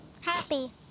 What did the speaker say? Happy